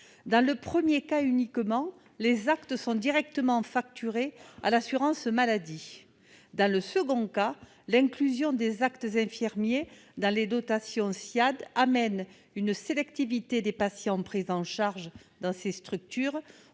Dans le premier cas uniquement, les actes sont directement facturés à l'assurance maladie. Dans le second cas, l'inclusion des actes infirmiers dans les dotations Ssiad entraîne une sélection des patients pris en charge dans ces structures,